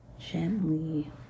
gently